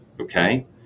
Okay